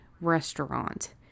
restaurant